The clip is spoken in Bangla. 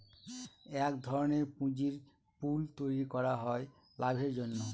এক ধরনের পুঁজির পুল তৈরী করা হয় লাভের জন্য